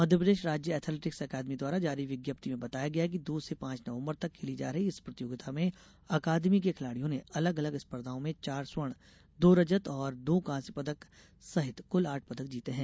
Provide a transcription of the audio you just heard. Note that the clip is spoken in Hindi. मध्यप्रदेश राज्य एथलेटिक्स अकादमी द्वारा जारी विज्ञप्ति में बताया गया कि दो से पांच नवंबर तक खेली जा रही इस प्रतियोगिता में अकादमी के खिलाडियों ने अलग अलग स्पर्धाओं में चार स्वर्ण दो रजत और दो कांस्य पदक सहित कल आठ पदक जीते हैं